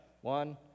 One